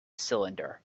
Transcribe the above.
cylinder